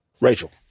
Rachel